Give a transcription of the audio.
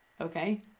Okay